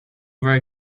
very